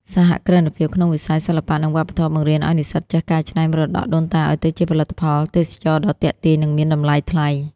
សហគ្រិនភាពក្នុងវិស័យ "សិល្បៈ និងវប្បធម៌" បង្រៀនឱ្យនិស្សិតចេះកែច្នៃមរតកដូនតាឱ្យទៅជាផលិតផលទេសចរណ៍ដ៏ទាក់ទាញ និងមានតម្លៃថ្លៃ។